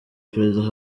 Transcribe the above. perezida